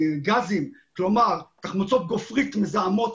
אם אנחנו עוברים לשימוש בגז עם כל מתקני הפחתת המזהמים המקומיים האלה,